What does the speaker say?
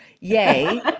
Yay